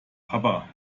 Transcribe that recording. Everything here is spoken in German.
papa